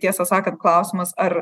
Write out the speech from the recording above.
tiesą sakant klausimas ar